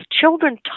Children